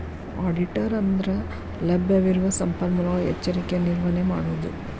ಆಡಿಟರ ಅಂದ್ರಲಭ್ಯವಿರುವ ಸಂಪನ್ಮೂಲಗಳ ಎಚ್ಚರಿಕೆಯ ನಿರ್ವಹಣೆ ಮಾಡೊದು